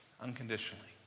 unconditionally